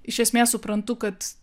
iš esmės suprantu kad